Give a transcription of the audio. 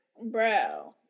Bro